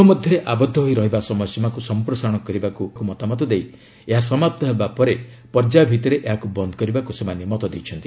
ଗୃହ ମଧ୍ୟରେ ଆବଦ୍ଧ ହୋଇ ରହିବା ସମୟସୀମାକୁ ସମ୍ପ୍ରସାରଣ କରିବାକୁ ମତାମତ ଦେଇ ଏହା ସମାପ୍ତ ହେବା ପରେ ପର୍ଯ୍ୟାୟ ଭିତ୍ତିରେ ଏହାକୁ ବନ୍ଦ କରିବାକୁ ସେମାନେ ମତ ଦେଇଛନ୍ତି